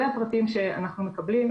אלה הפרטים שאנחנו מקבלים,